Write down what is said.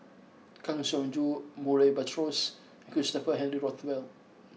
Kang Siong Joo Murray Buttrose Christopher Henry Rothwell